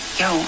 yo